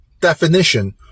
definition